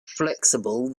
flexible